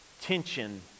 tension